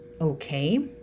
okay